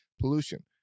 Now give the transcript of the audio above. pollution